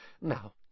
Now